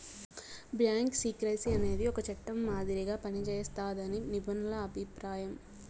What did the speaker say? bank secrecy అనేది ఒక చట్టం మాదిరిగా పనిజేస్తాదని నిపుణుల అభిప్రాయం